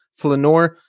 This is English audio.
Flanor